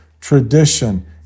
tradition